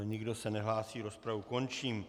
Nikdo se nehlásí, rozpravu končím.